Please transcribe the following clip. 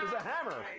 a hammer.